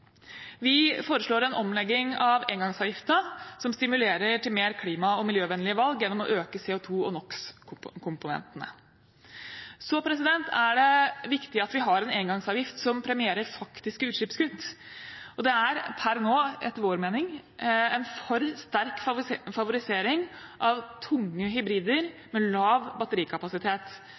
Vi foreslår en omlegging av engangsavgiften som stimulerer til mer klima- og miljøvennlige valg gjennom å øke CO2- og NOx-komponentene. Så er det viktig at vi har en engangsavgift som premierer faktiske utslippskutt. Det er per nå etter vår mening en for sterk favorisering av tunge hybrider med lav batterikapasitet.